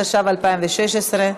התשע"ו 2016,